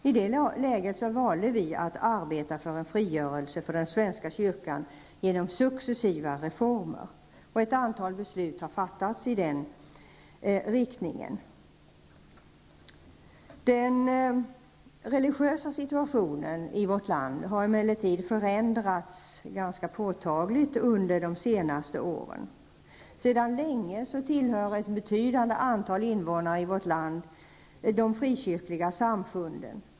I det läget valde vi att arbeta för en frigörelse för den svenska kyrkan genom successiva reformer, och ett antal beslut har fattats i den riktningen. Den religiösa situationen i vårt land har emellertid förändrats ganska påtagligt under de senaste åren. Sedan länge tillhör ett betydande antal invånare i vårt land de frikyrkliga samfunden.